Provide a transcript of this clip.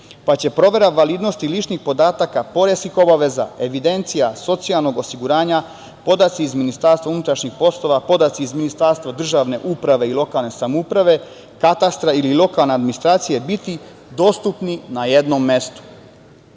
pa će provera validnosti ličnih podataka, pored svih obaveza evidencija, socijalnog osiguranja, podaci iz MUP, podaci iz Ministarstva državne uprave i lokalne samouprave, katastra ili lokalna administracije biti dostupni na jednom